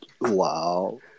Wow